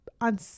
on